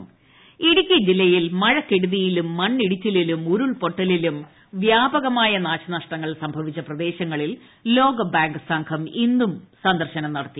ട്ടടട ഇടുക്കി ഇടുക്കി ജില്ലയിൽ മഴക്കെടുതിയിലും മണ്ണിടിച്ചിലിലും ഉരുൾപൊട്ടലിലും വ്യാപകമായ നാശ നഷ്ടങ്ങൾ സംഭവിച്ച പ്രദേശങ്ങളിൽ ലോകബാങ്ക് സംഘം ഇന്നും സന്ദർശനം നടത്തി